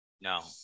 No